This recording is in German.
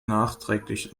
nachträglich